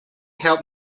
help